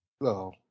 No